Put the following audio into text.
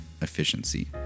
efficiency